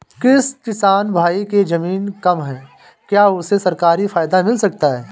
जिस किसान भाई के ज़मीन कम है क्या उसे सरकारी फायदा मिलता है?